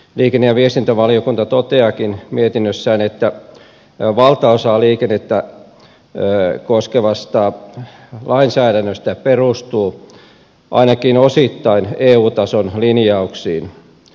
liikenne ja viestintävaliokunta toteaakin mietinnössään että valtaosa liikennettä koskevasta lainsäädännöstä perustuu ainakin osittain eu tason linjauksiin